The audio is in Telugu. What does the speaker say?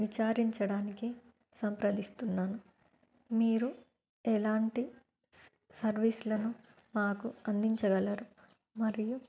విచారించడానికి సంప్రదిస్తున్నాను మీరు ఎలాంటి స్ సర్వీసులను మాకు అందించగలరు మరియు